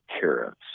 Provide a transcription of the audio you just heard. carrots